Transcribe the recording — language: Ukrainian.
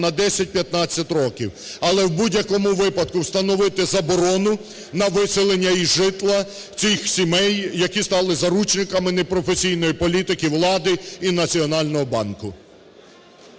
на 10-15 років. Але в будь-якому випадку встановити заборону на виселення із житла цих сімей, які стали заручниками непрофесійної політики влади і Національного банку.